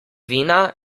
vina